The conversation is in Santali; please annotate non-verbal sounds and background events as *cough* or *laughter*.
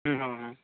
*unintelligible*